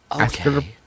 Okay